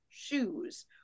shoes